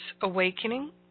awakening